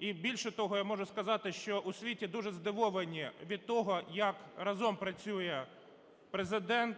більше того, я можу сказати, що у світі дуже здивовані від того, як разом працює Президент,